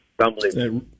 Unbelievable